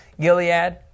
Gilead